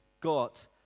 got